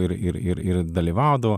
ir ir ir ir dalyvaudavo